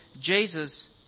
Jesus